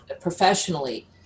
professionally